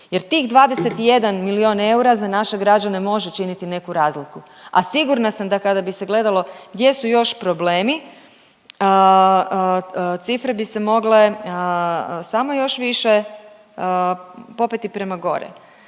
jer tih 21 milijun eura za naše građane može činiti neku razliku, a sigurna sam da kada bi se gledalo gdje su još problemi cifre bi se mogle samo još više popeti prema gore.